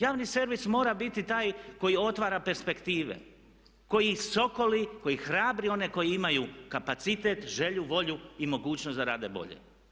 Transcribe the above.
Javni servis mora biti taj koji otvara perspektive, koji sokoli, koji hrabri one koji imaju kapacitet, želju, volju i mogućnost da rade bolje.